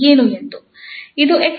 ಇದು 𝑥 0 ರಿಂದ 𝑏 ವರೆಗೆ ಇರುತ್ತದೆ